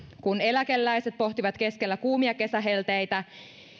eläkeläiset pohtivat keskellä kuumia kesähelteitä